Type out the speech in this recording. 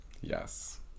yes